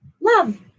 Love